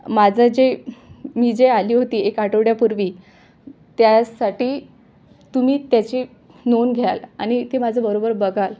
माझं जे मी जे आली होती एक आठवड्यापूर्वी त्यासाठी तुम्ही त्याची नोंद घ्याल आणि ते माझं बरोबर बघाल